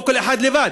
או כל אחד לבד.